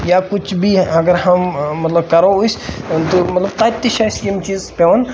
یا کُچھ بھی اگر ہم مطلب کَرو أسۍ تہٕ مطلب تَتہِ چھِ اَسہِ یِم چیٖز پیٚوان